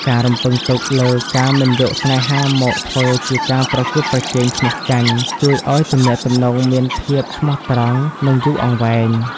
ការរំពឹងទុកលើ "ការមិនយកស្នេហាមកធ្វើជាការប្រកួតប្រជែងឈ្នះចាញ់" ជួយឱ្យទំនាក់ទំនងមានភាពស្មោះត្រង់ និងយូរអង្វែង។